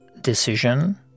decision